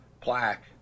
plaque